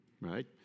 right